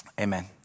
Amen